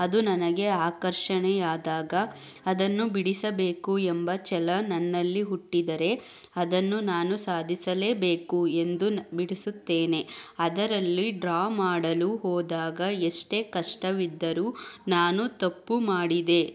ಅದು ನನಗೆ ಆಕರ್ಷಣೆ ಆದಾಗ ಅದನ್ನು ಬಿಡಿಸಬೇಕು ಎಂಬ ಛಲ ನನ್ನಲ್ಲಿ ಹುಟ್ಟಿದರೆ ಅದನ್ನು ನಾನು ಸಾಧಿಸಲೇ ಬೇಕು ಎಂದು ನ ಬಿಡಿಸುತ್ತೇನೆ ಅದರಲ್ಲಿ ಡ್ರಾ ಮಾಡಲು ಹೋದಾಗ ಎಷ್ಟೇ ಕಷ್ಟವಿದ್ದರೂ ನಾನು ತಪ್ಪು ಮಾಡಿದೆ